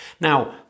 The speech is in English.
Now